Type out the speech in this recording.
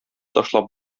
ташлап